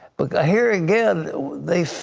but here again they,